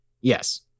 Yes